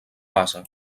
base